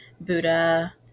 Buddha